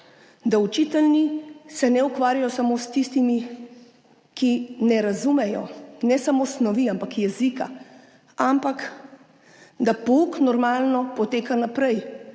se učitelji ne ukvarjajo samo s tistimi, ki ne razumejo, ne samo snovi, ampak tudi jezika, da pouk normalno poteka naprej,